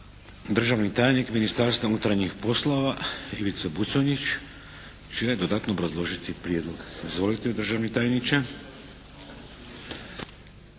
Državni tajnik Ministarstva unutarnjih poslova Ivica Buconjić će dodatno obrazložiti prijedlog. Izvolite državni tajniče.